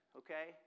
okay